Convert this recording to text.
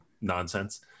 nonsense